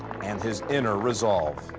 and his inner resolve.